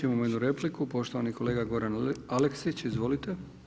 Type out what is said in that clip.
Imamo jednu repliku, poštovani kolega Goran Aleksić, izvolite.